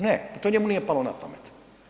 Ne, pa to njemu nije palo na pamet.